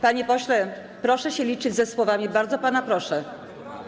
Panie pośle, proszę się liczyć ze słowami, bardzo pana proszę.